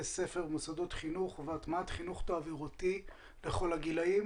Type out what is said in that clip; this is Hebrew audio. הספר ומוסדות חינוך והטמעת חינוך תעבורתי לכל הגילאים.